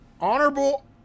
Honorable